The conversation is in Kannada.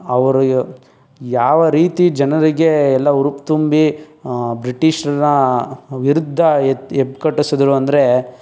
ಅವರು ಯಾವ ರೀತಿ ಜನರಿಗೆ ಎಲ್ಲ ಹುರುಪು ತುಂಬಿ ಬ್ರಿಟೀಷ್ರನ್ನ ವಿರುದ್ಧ ಎತ್ತಿ ಎತ್ತಿಕಟ್ಟಿಸಿದ್ರು ಅಂದರೆ